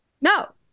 No